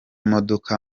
modoka